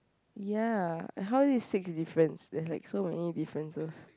ya and how is it six difference there's like so many differences